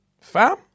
fam